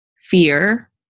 fear